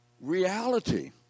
reality